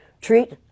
treat